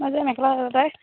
মই যে মেখেলা চাদৰ তই